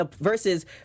versus